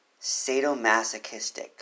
Sadomasochistic